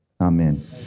amen